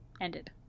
ended